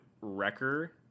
Wrecker-